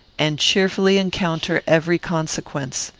and cheerfully encounter every consequence.